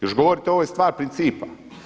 Još govorite ovo je stvar principa.